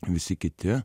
visi kiti